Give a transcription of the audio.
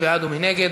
מי בעד ומי נגד?